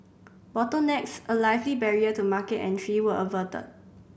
bottlenecks a likely barrier to market entry were averted